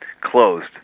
closed